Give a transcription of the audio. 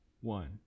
one